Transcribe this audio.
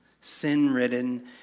sin-ridden